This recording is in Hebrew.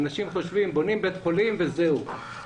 אנשים חושבים שבונים בית חולים וזהו.